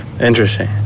Interesting